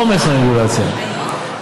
עומס הרגולציה,